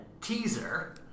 teaser